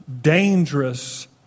dangerous